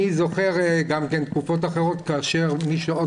אני זוכר גם תקופות אחרות כאשר מי שעוד